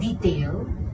detail